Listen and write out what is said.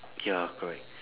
ya correct